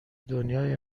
دنیای